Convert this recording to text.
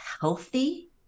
healthy